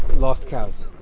lost cows?